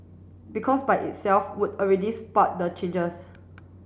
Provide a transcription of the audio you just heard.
because by itself would already spur the changes